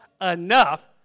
enough